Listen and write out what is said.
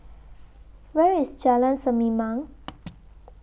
Where IS Jalan Sir Me Mount